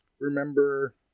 remember